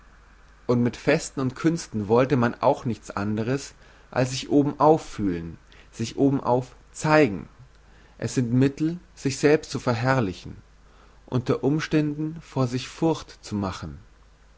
und mit festen und künsten wollte man auch nichts andres als sich obenauf fühlen sich obenauf zeigen es sind mittel sich selber zu verherrlichen unter umständen vor sich furcht zu machen